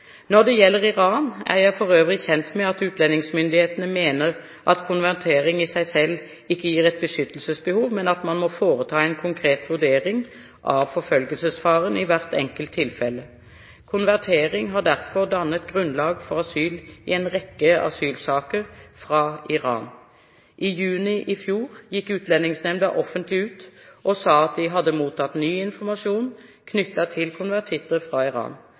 Når det gjelder Iran, er jeg for øvrig kjent med at utlendingsmyndighetene mener at konvertering i seg selv ikke gir et beskyttelsesbehov, men at man må foreta en konkret vurdering av forfølgelsesfaren i hvert enkelt tilfelle. Konvertering har derfor dannet grunnlag for asyl i en rekke asylsaker fra Iran. I juni i fjor gikk Utlendingsnemnda offentlig ut og sa at de hadde mottatt ny informasjon knyttet til konvertitter fra Iran.